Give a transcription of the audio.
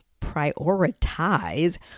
prioritize